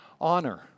honor